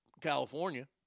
California